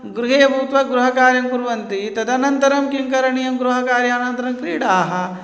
गृहे भूत्वा गृहकार्यं कुर्वन्ति तदनन्तरं किं करणीयं गृहकार्यानन्तरं क्रीडाः